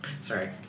Sorry